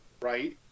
right